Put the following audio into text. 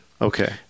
Okay